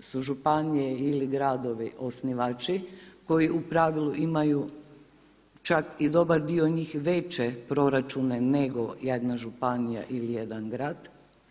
su županije ili gradovi osnivači, koji u pravilu imaju čak i dobar dio njih veće proračune nego jadna županija ili jedan grad?